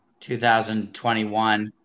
2021